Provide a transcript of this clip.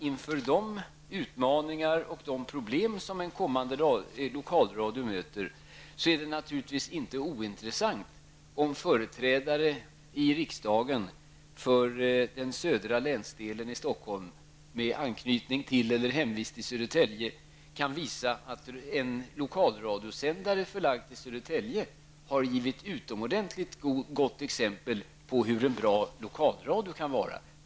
Inför de utmaningar och de problem som en kommande lokalradio möter är det naturligtvis inte ointressant om företrädare i riksdagen för Stockholms södra länsdel, med anknytning till eller med hemvist i Södertälje kan visa på att en lokalradiosändare förlagd till Södertälje är ett utomordentligt gott exempel på en bra lokalradio.